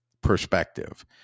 perspective